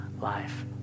life